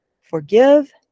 Forgive